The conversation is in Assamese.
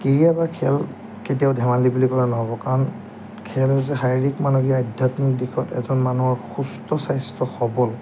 ক্ৰীড়া বা খেল কেতিয়াও ধেমালি বুলি ক'লে নহ'ব কাৰণ খেল হৈছে শাৰীৰিক মানসিক আধ্যাত্মিক দিশত এজন মানুহৰ সুস্থ স্বাস্থ্য সবল